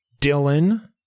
Dylan